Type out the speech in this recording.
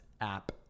app